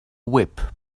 whip